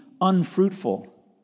unfruitful